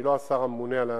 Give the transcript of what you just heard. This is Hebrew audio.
אני לא השר הממונה על המשטרה,